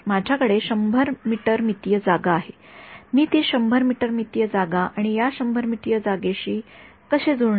माझ्याकडे १०० मीटर मितीय जागा आहेमी ती १०० एम मितीय जागा आणि या १०० मीटर मितीय जागेशी कसे जुळणार